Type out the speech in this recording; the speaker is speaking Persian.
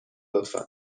لطفا